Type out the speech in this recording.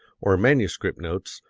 or manuscript notes,